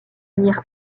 venir